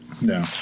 No